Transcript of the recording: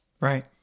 Right